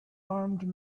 armed